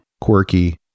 Quirky